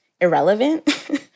irrelevant